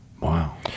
wow